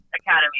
Academy